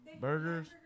Burgers